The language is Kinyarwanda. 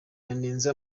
yanenze